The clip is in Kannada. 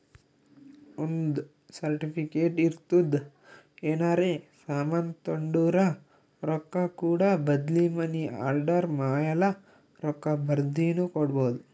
ಒಂದ್ ಸರ್ಟಿಫಿಕೇಟ್ ಇರ್ತುದ್ ಏನರೇ ಸಾಮಾನ್ ತೊಂಡುರ ರೊಕ್ಕಾ ಕೂಡ ಬದ್ಲಿ ಮನಿ ಆರ್ಡರ್ ಮ್ಯಾಲ ರೊಕ್ಕಾ ಬರ್ದಿನು ಕೊಡ್ಬೋದು